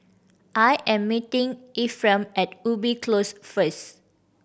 I am meeting Efrem at Ubi Close first